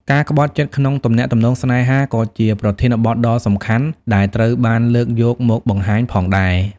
ការក្បត់ចិត្តក្នុងទំនាក់ទំនងស្នេហាក៏ជាប្រធានបទដ៏សំខាន់ដែលត្រូវបានលើកយកមកបង្ហាញផងដែរ។